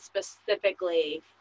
specifically